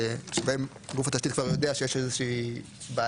שבהם גוף התשתית כבר יודע שיש איזושהי בעיה,